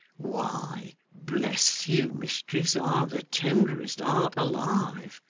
why, bless you mistress, i've the tenderest heart alive.